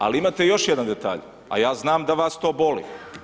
Ali imate još jedan detalj, a ja znam da vas to boli.